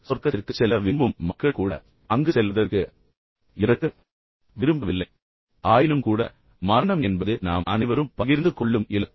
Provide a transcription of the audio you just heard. சொர்க்கத்திற்குச் செல்ல விரும்பும் மக்கள் கூட அங்கு செல்வதற்கு இறக்க விரும்பவில்லை ஆயினும்கூட மரணம் என்பது நாம் அனைவரும் பகிர்ந்து கொள்ளும் இலக்கு